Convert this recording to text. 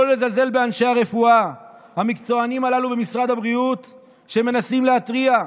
לא לזלזל באנשי הרפואה המקצוענים הללו במשרד הבריאות שמנסים להתריע.